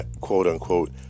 quote-unquote